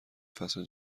فصل